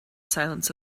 silence